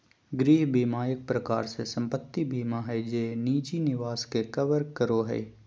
गृह बीमा एक प्रकार से सम्पत्ति बीमा हय जे निजी निवास के कवर करो हय